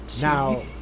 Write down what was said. now